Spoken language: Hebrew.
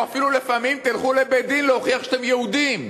או אפילו לפעמים: תלכו לבית-דין להוכיח שאתם יהודים,